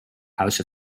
house